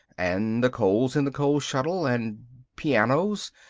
and the coals in the coal-scuttle. and pianos.